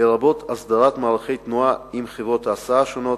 לרבות הסדרת מערכי התנועה עם חברות ההסעה השונות,